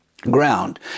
ground